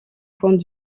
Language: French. point